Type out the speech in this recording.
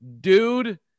dude